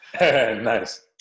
Nice